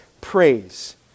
praise